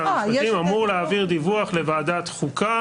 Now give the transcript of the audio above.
שר המשפטים,